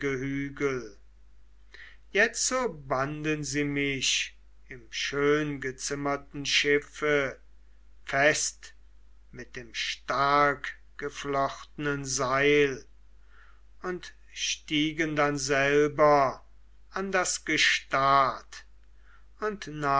jetzo banden sie mich im schöngezimmerten schiffe fest mit dem starkgeflochtenen seil und stiegen dann selber an das gestad und